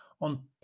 on